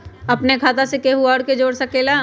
अपन खाता मे केहु आर के जोड़ सके ला?